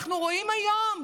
אנחנו רואים היום,